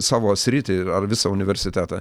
savo sritį ar visą universitetą